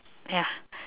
ya